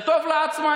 זה טוב לעצמאים,